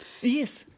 Yes